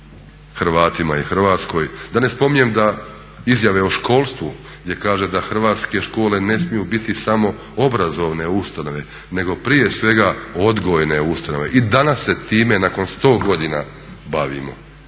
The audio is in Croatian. Hrvatima i Hrvatskoj. Da ne spominjem da izjave o školstvu gdje kaže da hrvatske škole ne smiju biti samo obrazovne ustanove nego prije svega odgojne ustanove i danas se time nakon 100 godina bavimo